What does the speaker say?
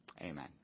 Amen